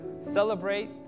celebrate